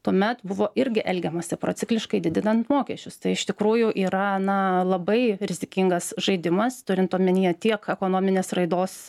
tuomet buvo irgi elgiamasi procikliškai didinant mokesčius tai iš tikrųjų yra na labai rizikingas žaidimas turint omenyje tiek ekonominės raidos